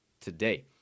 today